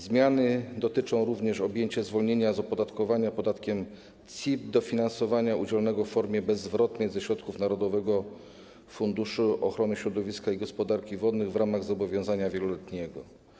Zmiany dotyczą również objęcia zwolnieniem z opodatkowania podatkiem CIT dofinansowania udzielonego w formie bezzwrotnej ze środków Narodowego Funduszu Ochrony Środowiska i Gospodarki Wodnej w ramach zobowiązania wieloletniego.